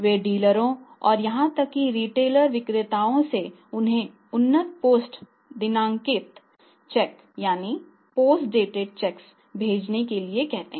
वे डीलरों और यहां तक कि रिटेलर भेजने के लिए कहते हैं